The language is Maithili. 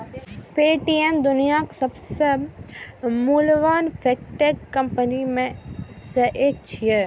पे.टी.एम दुनियाक सबसं मूल्यवान फिनटेक कंपनी मे सं एक छियै